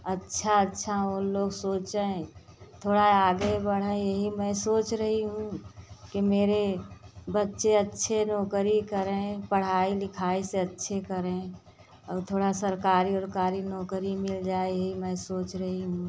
अच्छा अच्छा उन लोग सोचें थोड़ा आगे बढ़ें यही मैं सोच रही हूँ कि मेरे बच्चे अच्छे नौकरी करें पढ़ाई लिखाई से अच्छी करें और थोड़ा सरकारी ओरकारी नौकरी मिल जाए यही मैं सोच रही हूँ